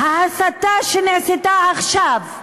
ההסתה שנעשתה עכשיו,